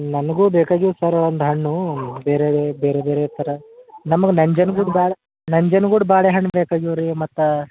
ನಮಗು ಬೇಕಾಗಿವೆ ಸರ್ ಒಂದು ಹಣ್ಣು ಬೇರೆದೇ ಬೇರೆಬೇರೆ ಥರ ನಮ್ಗೆ ನಂಜನ್ಗೂಡು ಬಾಳೆ ನಂಜನ್ಗೂಡು ಬಾಳೆಹಣ್ಣು ಬೇಕಾಗಿವೆ ರೀ ಮತ್ತೆ